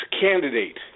candidate